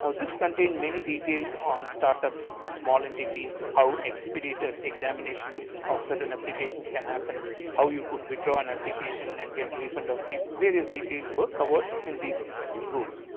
these contain many details on start-up small entity how expedited examination of certain applications can happen how you could withdraw an application and get refund of fees various details were covered in these rules.